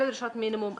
אלה דרישות מינימום.